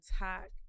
attack